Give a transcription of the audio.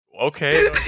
Okay